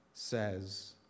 says